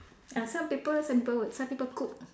ah some people some people would some people cook